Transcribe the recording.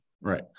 right